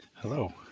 Hello